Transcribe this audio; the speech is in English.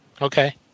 Okay